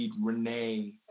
Renee